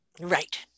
Right